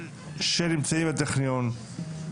שנמצאים בטכניון.